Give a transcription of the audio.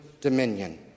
dominion